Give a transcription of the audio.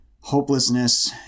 hopelessness